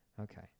Okay